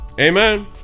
amen